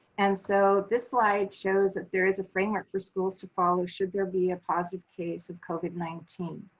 and so this slide shows that there is a framework for schools to follow should there be a positive case of covid nineteen.